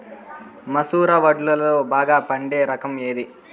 మసూర వడ్లులో బాగా పండే రకం ఏది?